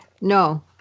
No